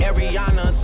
Ariana